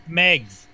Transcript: megs